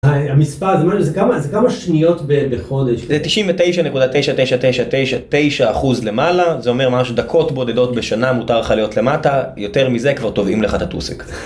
אה, המספר הזה, מה, זה כמה, זה כמה שניות ב... בחודש? זה 99.99999 אחוז למעלה, זה אומר ממש דקות בודדות בשנה מותר לך להיות למטה, יותר מזה כבר תובעים לך ת'טוסיק.